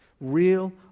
Real